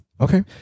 Okay